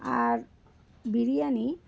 আর biryani